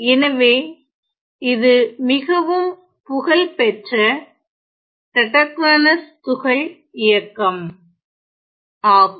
எனவே இது மிகவும் புகழ்பெற்ற டவுட்டோகிரானோஸ் துகள் இயக்கம் ஆகும்